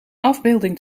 afbeelding